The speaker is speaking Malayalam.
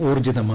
ഊർജ്ജിതമായി